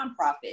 nonprofit